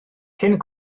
cyn